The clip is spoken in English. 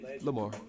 Lamar